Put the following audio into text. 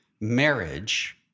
marriage